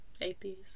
Atheist